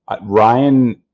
Ryan